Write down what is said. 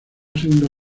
segunda